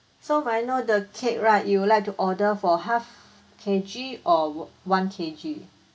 so may I know the cake right you would like to order for half K_G or one K_G